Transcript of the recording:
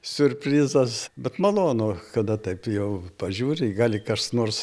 siurprizas bet malonu kada taip jau pažiūri i gali kas nors